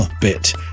bit